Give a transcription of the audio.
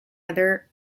other